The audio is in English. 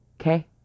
Okay